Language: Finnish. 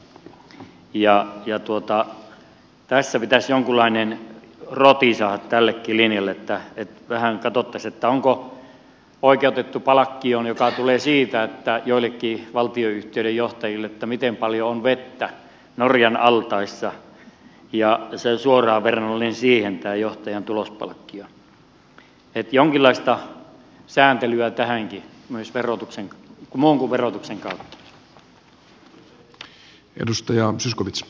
tässä pitäisi jonkunlainen roti saada tällekin linjalle että vähän katsottaisiin onko oikeutettu palkkioon joka tulee joillekin valtionyhtiöiden johtajille siitä miten paljon on vettä norjan altaissa ja tämä johtajan tulospalkkio on suoraan verrannollinen siihen niin että jonkinlaista sääntelyä tähänkin myös muun kuin verotuksen kautta